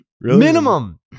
minimum